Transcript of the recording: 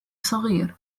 صغير